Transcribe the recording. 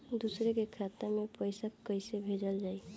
दूसरे के खाता में पइसा केइसे भेजल जाइ?